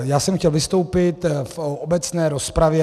Já jsem chtěl vystoupit v obecné rozpravě.